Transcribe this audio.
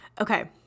okay